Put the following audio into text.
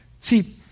See